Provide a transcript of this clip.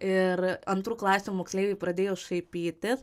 ir antrų klasių moksleiviai pradėjo šaipytis